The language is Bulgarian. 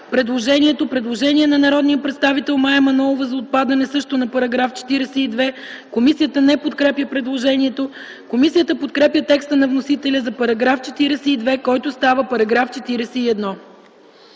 Предложение на народния представител Мая Манолова също за отпадане на § 42. Комисията не подкрепя предложението. Комисията подкрепя текста на вносителя за § 42, който става § 41.